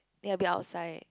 it will be outside